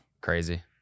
Crazy